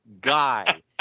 guy